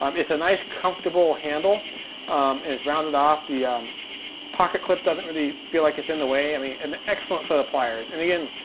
um it's a nice, comfortable handle, and it's rounded off. the um pocket clip doesn't really feel like it's in the way. i mean, an excellent set of pliers. and again,